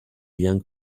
young